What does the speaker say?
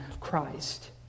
Christ